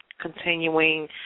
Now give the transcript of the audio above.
continuing